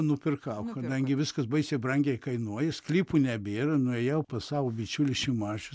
nupirkau kadangi viskas baisiai brangiai kainuoja sklypų nebėra nuėjau pas savo bičiulį šimašių